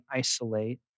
isolate